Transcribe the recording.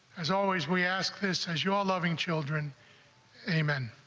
as always, we ask this as your loving children amen